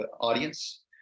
audience